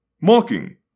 mocking